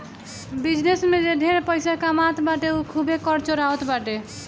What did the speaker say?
business में जे ढेर पइसा कमात बाटे उ खूबे कर चोरावत बाटे